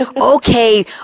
Okay